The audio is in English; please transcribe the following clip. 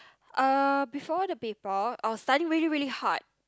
uh before the paper I was studying really really hard